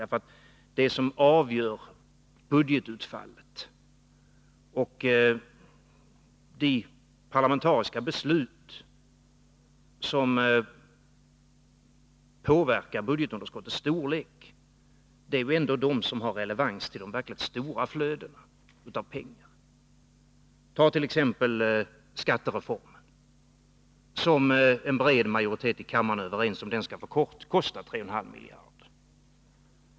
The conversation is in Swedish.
De parlamentariska beslut som påverkar budgetunderskottets storlek och som avgör budgetutfallet är ändå de som har anknytning till de verkligt stora flödena av pengar. Tag t.ex. skattereformen, som en bred majoritet i kammaren var överens om skall få kosta 3,5 miljarder.